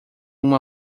uma